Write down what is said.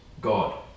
God